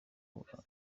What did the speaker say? mukuru